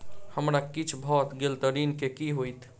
हमरा किछ भऽ गेल तऽ ऋण केँ की होइत?